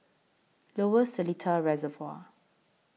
Lower Seletar Reservoir